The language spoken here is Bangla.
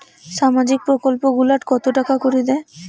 সামাজিক প্রকল্প গুলাট কত টাকা করি দেয়?